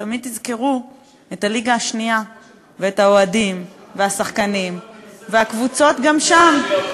תמיד תזכרו את הליגה השנייה ואת האוהדים והשחקנים והקבוצות גם שם.